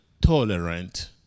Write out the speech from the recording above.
tolerant